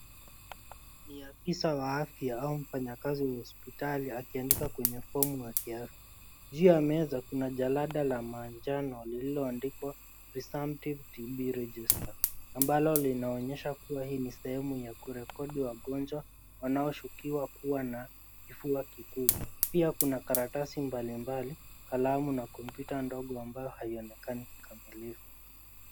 Ni afisa wa afya au mfanyakazi wa hospitali akiandika kwenye fomu ya kiafya. Juu ya meza kuna jalada la manjao lililoandikwa Presumptive TB register ambalo linaonyesha kuwa hii ni sehemu ya kurekodi wagonjwa wanaoshukiwa kuwa na kifua kikuu. Pia kuna karatasi mbalimbali, kalamu na kompyuta ndogo ambayo haionekani kikamilifu.